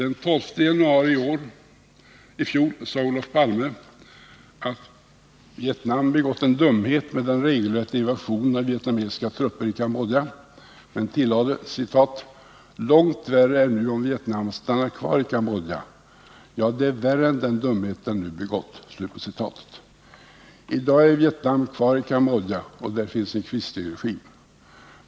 Den 12 januari i fjol sade Olof Palme att Vietnam begått en dumhet med den regelrätta invasionen av vietnamesiska trupper i Cambodja, men han tillade: ”Långt värre är nu om Vietnam stannar kvar i Cambodja, ja, det är värre än den dumhet man nu begått.” I dag är Vietnam kvar i Cambodja och där finns en quislingregim.